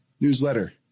newsletter